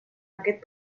aquest